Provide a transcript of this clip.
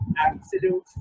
absolute